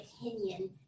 opinion